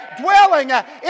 dwelling